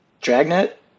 Dragnet